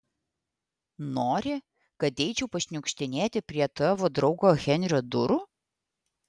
nori kad eičiau pašniukštinėti prie tavo draugo henrio durų